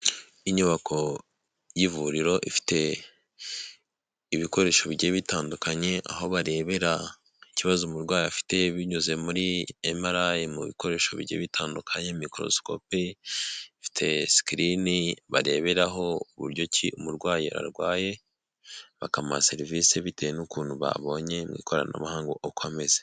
Inyubako y'ivuriro ifite ibikoresho bigiye bitandukanye aho barebera ikibazo umurwayi afite binyuze muri emarayi mu bikoresho bigiye bitandukanye, mikorosikope sikirini bareberaho uburyo umurwayi arwaye bakaha serivisi bitewe n'ukuntu babonye mu ikoranabuhanga uko ameze.